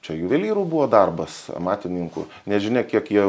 čia juvelyrų buvo darbas amatininkų nežinia kiek jie